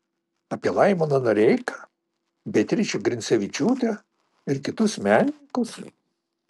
apie laimoną noreiką beatričę grincevičiūtę ir kitus menininkus